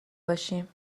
باشیم